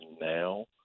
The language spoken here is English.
now